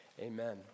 Amen